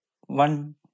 one